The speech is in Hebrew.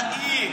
תגיד.